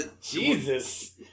Jesus